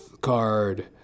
card